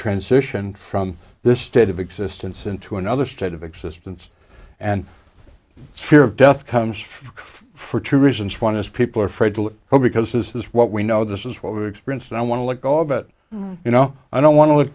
transition from this state of existence into another state of existence and the fear of death comes for two reasons one is people are afraid to let go because this is what we know this is what we experience and i want to let go of it you know i don't want to let